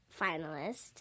finalist